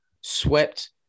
swept